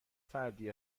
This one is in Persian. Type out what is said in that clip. فردی